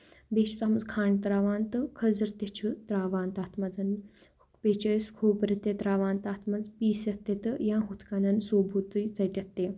بیٚیہِ چھُ تَتھ منٛز کھنٛڈ تراوان تہٕ کھٔزِر تہِ چھُ تراوان تَتھ منٛز بیٚیہِ چھِ أسۍ کھوٗپرٕ تہِ تراوان تَتھ منٛز پیٖسِتھ تہِ تہٕ یا ہُتھ کَنَن صوبوٗتہٕ تہِ ژٔٹِتھ تہِ